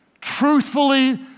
truthfully